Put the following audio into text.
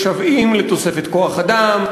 שמשוועים לתוספת כוח-אדם,